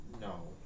No